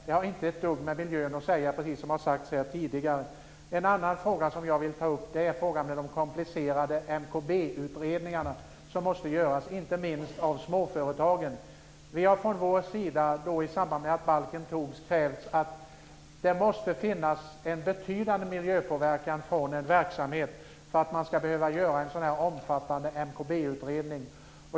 Det har inte ett dugg med miljön att göra, precis som har sagts här tidigare. En annan sak som jag vill ta upp är frågan om de komplicerade MKB-utredningar som måste göras - inte minst av småföretagen. Vi har från vår sida i samband med att balken antogs krävt att det måste finnas en betydande miljöpåverkan från en verksamhet för att man ska behöva göra en sådan här omfattande MKB-utredning.